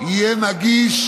יהיה נגיש,